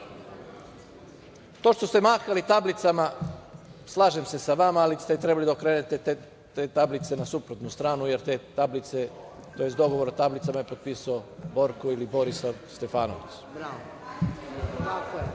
što ste mahali tablicama slažem se sa vama, ali ste trebali da okrenete te tablice na suprotnu stranu, jer te tablice tj. dogovor o tablicama je potpisao Borko ili Borislav